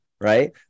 right